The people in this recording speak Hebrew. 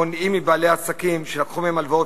מונעים מבעלי עסקים שלקחו מהם הלוואות